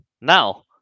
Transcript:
now